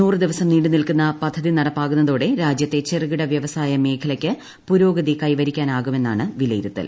നൂറു ദിവസം നീണ്ടു നിൽക്കുന്ന പദ്ധതി നടപ്പാകുന്നതോടെ രാജ്യത്തെ ചെറുകിട വ്യവസായ മേഖലയ്ക്ക് പുരോഗതി കൈവരിക്കാനാകുമെന്നാണ് വിലയിരുത്തൽ